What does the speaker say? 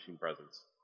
presence